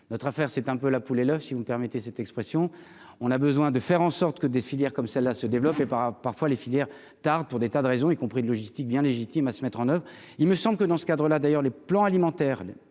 notre affaire, c'est un peu la poule et l'oeuf, si vous me permettez cette expression, on a besoin de faire en sorte que des filières comme celles-là se développent et par parfois les filières tarde, pour des tas de raisons, y compris de logistique bien légitime à se mettre en oeuvre, il me semble que dans ce cadre-là, d'ailleurs les plans alimentaires